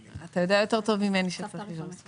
שני התיקונים שנציע לעשות הם משני סוגים.